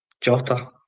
Jota